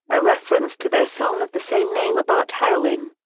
a reference to their song of the same name about heroin.